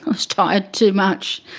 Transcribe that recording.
i was tired too much.